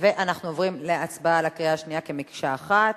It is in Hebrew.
אנחנו עוברים להצבעה בקריאה שנייה כמקשה אחת,